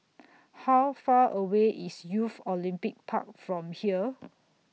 How Far away IS Youth Olympic Park from here